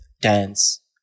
dance